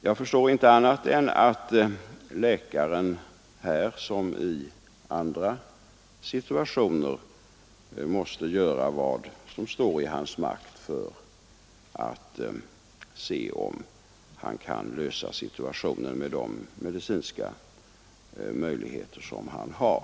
Jag förstår inte annat än att läkaren här som i andra situationer måste göra vad som står i hans makt med de medicinska resurser som han har.